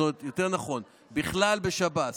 זאת אומרת, יותר נכון בכלל בשב"ס.